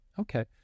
Okay